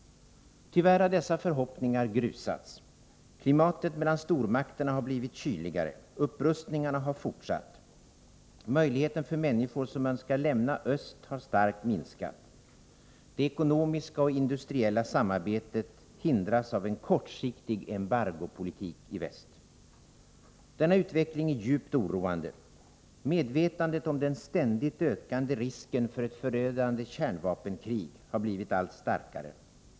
Tyvärr har dessa förhoppningar grusats. Klimatet mellan stormakterna har blivit kyligare. Upprustningarna har fortsatt. Möjligheten för människor som önskar lämna öst har starkt minskat. Det ekonomiska och industriella samarbetet hindras av en kortsiktig embargopolitik i väst. Denna utveckling är djupt oroande. Medvetandet om den ständigt ökande risken för ett förödande kärnvapenkrig har blivit allt starkare.